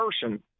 person